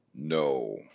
No